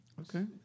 Okay